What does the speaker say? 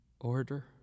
Order